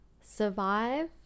survive